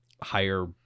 higher